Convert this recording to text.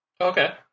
okay